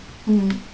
mm